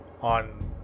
on